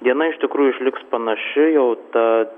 diena iš tikrųjų išliks panaši jau ta